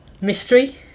Mystery